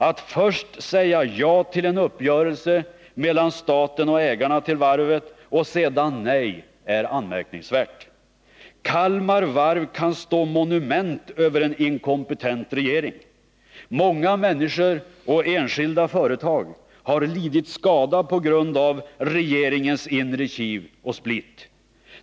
Att först säga ja till en uppgörelse mellan staten och ägarna till varvet och sedan säga nej är anmärkningsvärt. Kalmar Varv kan stå som monument över en inkompetent regering. Många människor och enskilda företag har lidit skada på grund av regeringens inre kiv och split.